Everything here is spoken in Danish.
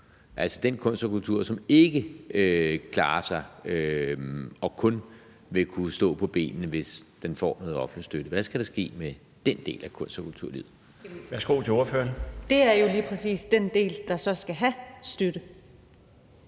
altså den kunst og kultur, som ikke klarer sig og kun vil kunne stå på benene, hvis den får noget offentlig støtte? Hvad skal der ske med den del af kunst- og kulturlivet? Kl. 13:06 Den fg. formand (Bjarne Laustsen): Værsgo til ordføreren.